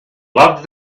loved